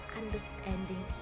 understanding